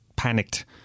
Panicked